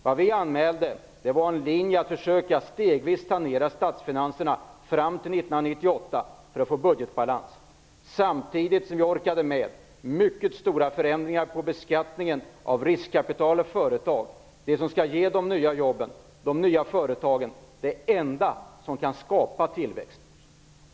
Vad vi anmälde var en linje för att försöka att stegvis sanera statsfinanserna fram till 1998 för att få budgetbalans, samtidigt som vi orkade med mycket stora förändringar av beskattningen av riskkapital och av företag - de företag som skall ge de nya jobben och som är de enda som kan skapa tillväxt.